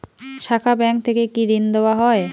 শাখা ব্যাংক থেকে কি ঋণ দেওয়া হয়?